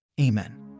Amen